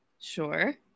sure